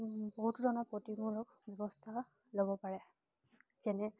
বহুতো ধৰণৰ প্ৰতিৰোধক ব্যৱস্থা ল'ব পাৰে যেনে